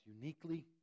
uniquely